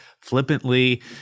flippantly